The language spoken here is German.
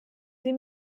sie